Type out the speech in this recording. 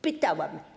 Pytałam.